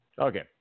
Okay